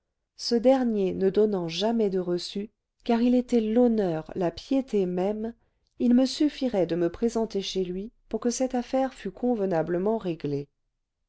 ce dernier ne donnant jamais de reçu car il était l'honneur la piété même il me suffirait de me présenter chez lui pour que cette affaire fût convenablement réglée